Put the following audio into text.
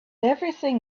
everything